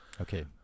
Okay